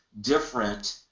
different